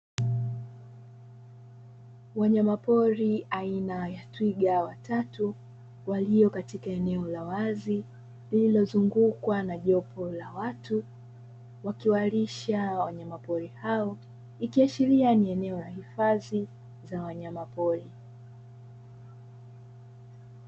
Wanyamapori aina ya twiga watatu walio katika eneo la wazi, lililozungukwa na jopo la watu wakiwalisha wanyamapori hao, ikiashiria ni eneo la hifadhi za wanyamapori.